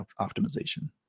optimization